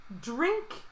drink